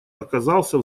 оказался